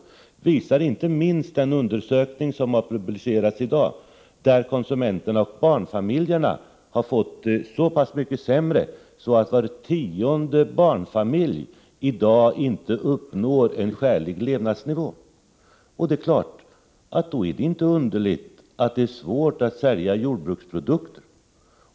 Detta framgår inte minst av den undersökning som har publicerats i dag, som visar att konsumenterna och barnfamiljerna har fått det så pass mycket sämre att var tionde barnfamilj i dag inte uppnår en skälig levnadsnivå. Då är det ju inte underligt att det är svårt att sälja jordbruksprodukter.